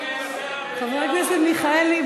חבר הכנסת מיכאלי,